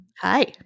Hi